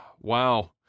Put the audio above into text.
wow